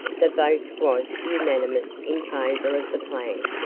the vote was unanimous in favor of the plan.